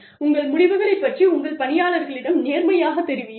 உங்கள் முடிவுகளைப் பற்றி உங்கள் பணியாளர்களிடம் நேர்மையாகத் தெரிவியுங்கள்